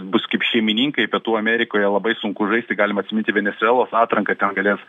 bus kaip šeimininkai pietų amerikoje labai sunku žaisti galima atsiminti venesuelos atranką ten galės